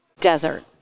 Desert